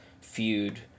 feud